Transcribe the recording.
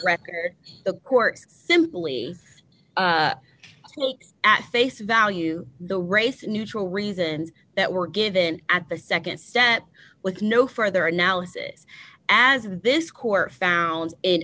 record the court simply links at face value the race neutral reasons that were given at the nd step with no further analysis as this court found in